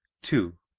two.